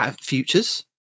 futures